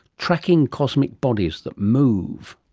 tracking cosmic bodies that move.